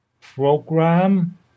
program